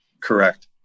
correct